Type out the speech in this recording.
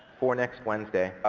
for next wednesday,